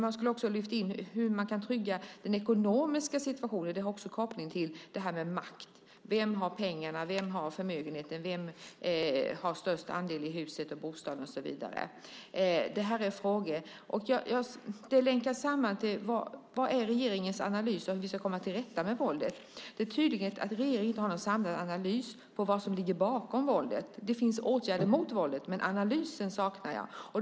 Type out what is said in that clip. Man borde ha lyft in hur man kan trygga den ekonomiska situationen, för det har också koppling till det här med makt. Vem har pengarna? Vem har förmögenheten? Vem har störst andel i huset, bostaden och så vidare? Det är frågor man kan ställa. Detta länkas samman med vilken analys regeringen gör av hur vi ska komma till rätta med våldet. Det är tydligt att regeringen inte har någon samlad analys av vad som ligger bakom våldet. Det finns åtgärder mot våldet, men jag saknar analysen.